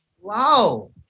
Wow